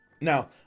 Now